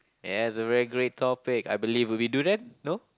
yes a very great topic I believe would be durian no